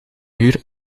uur